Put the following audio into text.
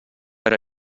per